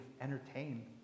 entertained